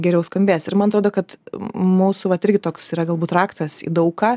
geriau skambės ir man atrodo kad mūsų vat irgi toks yra galbūt raktas į daug ką